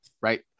Right